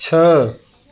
छः